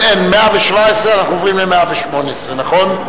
זה 117, אנחנו עוברים לעמוד 118, נכון?